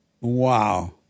wow